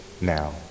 now